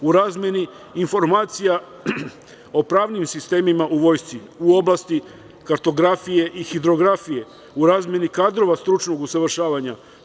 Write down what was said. U razmeni informacija o pravnim sistemima u vojsci u oblasti kartografije i hidrografije, u razmeni kadrova stručnog usavršavanja.